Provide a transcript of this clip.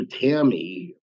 Tammy